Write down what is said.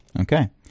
Okay